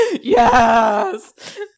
Yes